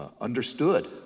understood